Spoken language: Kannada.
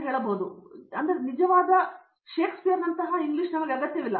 ಆದ್ದರಿಂದ ಈ ರೀತಿಯ ನಿಜವಾದ ಶೇಕ್ಸ್ಪಿಯರ್ ಇಂಗ್ಲಿಷ್ ನಮಗೆ ಅಗತ್ಯವಿಲ್ಲ